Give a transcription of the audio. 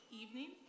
evening